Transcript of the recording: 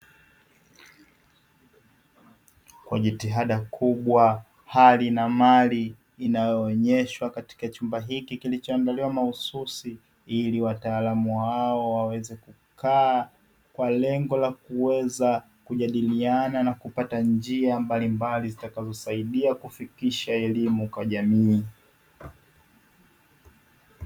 Kwa jitihada kubwa, hali na mali inayoonyeshwa katika chumba hiki kilichoandalowa mahususi ili wataalamu hawa waweze kukaa kwa lengo la kuweza kujadiliana na kupata njia mbalimbali zitakazosaidia kufikisha elimu kwa jamii.